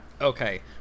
Okay